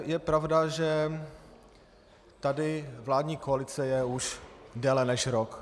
Je pravda, že tady vládní koalice je už déle než rok.